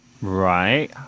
Right